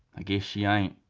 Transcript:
i guess she ain't.